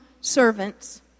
servants